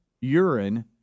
urine